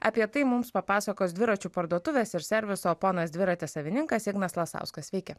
apie tai mums papasakos dviračių parduotuvės ir serviso ponas dviratis savininkas ignas lasauskas sveiki